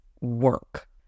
work